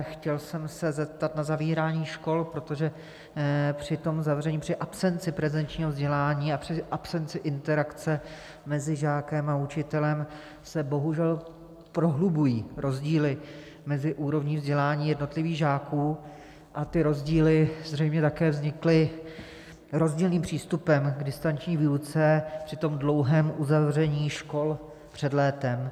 Chtěl jsem se zeptat na zavírání škol, protože při tom zavření, při absenci prezenčního vzdělávání a při absenci interakce mezi žákem a učitelem se bohužel prohlubují rozdíly mezi úrovní vzdělání jednotlivých žáků a ty rozdíly zřejmě také vznikly rozdílným přístupem k distanční výuce při tom dlouhém uzavření škol před létem.